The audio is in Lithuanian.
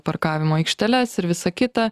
parkavimo aikšteles ir visa kita